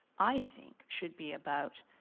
i think should be about,